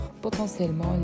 potentiellement